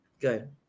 Good